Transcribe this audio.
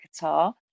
Qatar